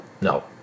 No